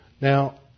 Now